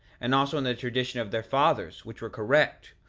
and also in the tradition of their fathers, which were correct,